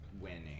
winning